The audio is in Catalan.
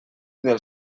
del